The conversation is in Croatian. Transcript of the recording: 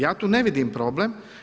Ja tu ne vidim problem.